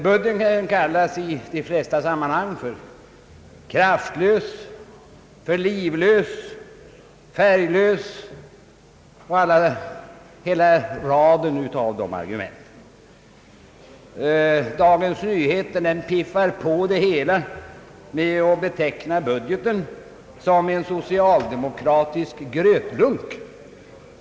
Budgeten kallas i de flesta sammanhang för kraftlös, livlös, färglös och hela raden av dylika omdömen. Dagens Nyheter piffar på det hela med att beteckna budgeten som en socialdemokratisk grötlunk.